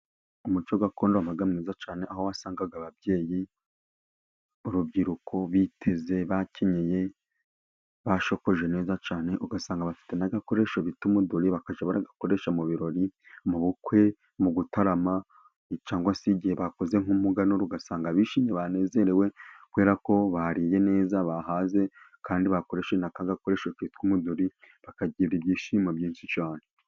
umuco gakondo wabaga mwiza cyane aho wasangaga ababyeyi, urubyiruko, biteze, bakenyeye, basokoje neza cyane ugasanga bafite n'agakoresho bita umuduri. Bagakoresha mu birori, mu bukwe, mu gutarama cyangwa se igihe bakoze nk'umuganura, ugasanga bishimye banezerewe kubera ko bariye neza, bahaze kandi bakoresheje aka gakoresho kitwa umudori bakagira ibyishimo byinshi cyane.